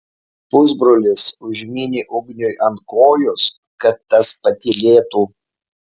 pusbrolis užmynė ugniui ant kojos kad tas patylėtų